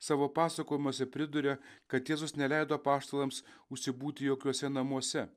savo pasakojimuose priduria kad jėzus neleido apaštalams užsibūti jokiuose namuose